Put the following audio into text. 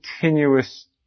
continuous